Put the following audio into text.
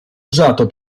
usato